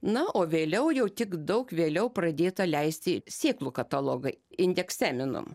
na o vėliau jau tik daug vėliau pradėta leisti sėklų katalogai indeks seminum